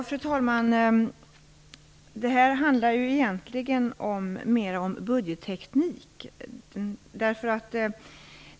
Fru talman! Detta handlar egentligen mer om budgetteknik.